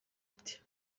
ati